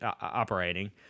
operating